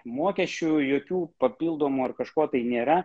mokesčių jokių papildomų ar kažkuo tai nėra